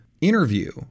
interview